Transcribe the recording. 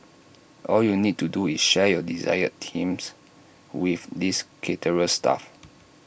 all you need to do is share your desired themes with this caterer's staff